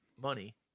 money